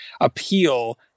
appeal